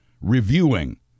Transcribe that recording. reviewing